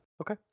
Okay